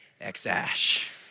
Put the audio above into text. X-ash